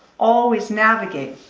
always navigate,